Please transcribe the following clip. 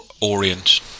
Orient